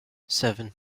seven